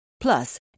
Plus